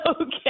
Okay